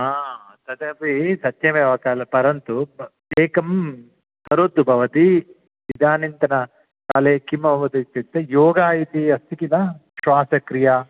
हा तदपि सत्यमेव खलु परन्तु एकं करोतु भवती इदानीन्तनकाले किम् अभवत् इत्युक्ते योगः इति अस्ति किल श्वासक्रिया